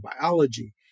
biology